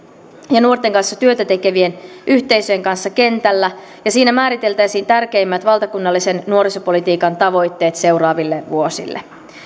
ja nuorten kanssa työtä tekevien yhteisöjen kanssa kentällä ja siinä määriteltäisiin tärkeimmät valtakunnallisen nuorisopolitiikan tavoitteet seuraaville vuosille